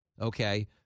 Okay